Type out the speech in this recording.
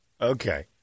Okay